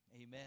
Amen